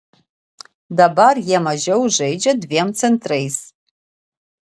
dabar jie mažiau žaidžia dviem centrais